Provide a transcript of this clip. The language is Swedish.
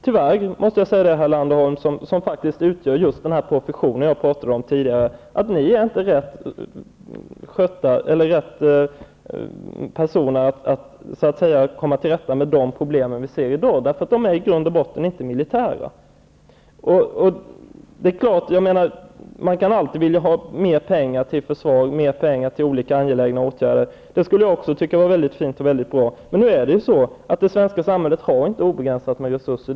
Tyvärr är ni inte -- herr Landerholm, som tillhör den profession som jag tidigare talade om -- rätt personer för att komma till rätta med de problem vi ser i dag. De är i grund och botten inte militära. Man kan alltid vilja ha mer pengar till försvar och olika angelägna åtgärder. Det tycker också jag skulle vara mycket fint och bra. Men nu har det svenska samhället inte obegränsat med resurser.